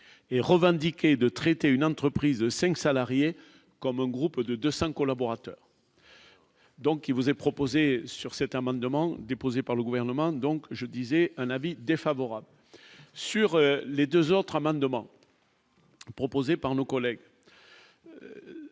et revendiqué de traiter une entreprise de 5 salariés comme un groupe de 200 collaborateurs. Donc, il vous est proposé sur cet amendement déposé par le gouvernement, donc je disais un avis défavorable sur les 2 autres amendements. Proposé par nos collègues.